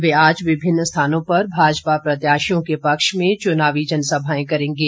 वे आज विभिन्न स्थानों पर भाजपा प्रत्याशियों के पक्ष में चुनावी जनसभाएं करेंगे